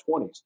20s